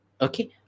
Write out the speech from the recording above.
okay